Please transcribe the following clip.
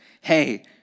hey